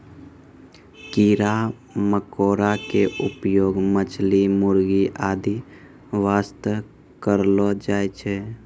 कीड़ा मकोड़ा के उपयोग मछली, मुर्गी आदि वास्तॅ करलो जाय छै